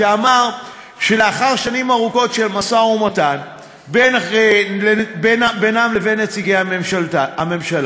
שאמר שלאחר שנים ארוכות של משא-ומתן בינם לבין נציגי הממשלה,